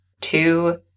two